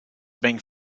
being